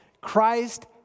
Christ